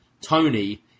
Tony